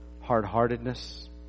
hard-heartedness